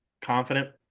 confident